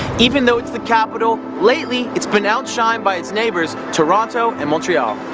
even though it's the capital, lately it's been out shined by its neighbours, toronto and montreal.